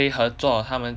和做他们